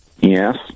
Yes